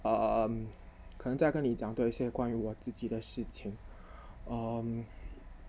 um 可能再跟你讲多一些关于我自己的事情 um